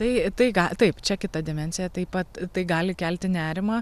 tai tai ga taip čia kita dimensija taip pat tai gali kelti nerimą